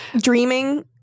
dreaming